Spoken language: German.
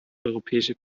europäische